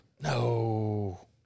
No